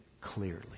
clearly